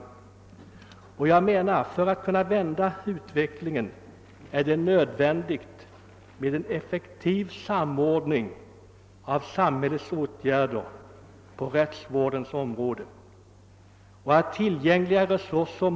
Jag menar att det för att vi skall kunna vända denna utveckling är nödvändigt med en effektiv samordning av samhällets åtgärder på rättssäkerhetens område och ett bättre utnyttjande av tillgängliga resurser.